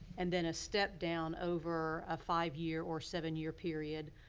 and then a step down over a five year or seven year period.